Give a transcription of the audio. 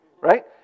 Right